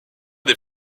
des